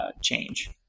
change